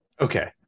Okay